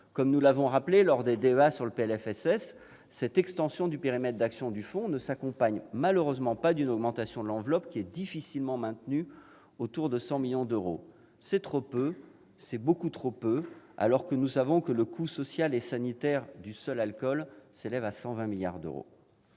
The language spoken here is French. de loi de financement de la sécurité sociale, cette extension du périmètre d'action du fonds ne s'accompagne malheureusement pas d'une augmentation de son enveloppe budgétaire, difficilement maintenue autour de 100 millions d'euros. C'est trop peu, beaucoup trop peu, alors que nous savons que le coût social et sanitaire du seul alcool s'élève à 120 milliards d'euros.